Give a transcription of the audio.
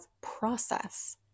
process